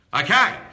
Okay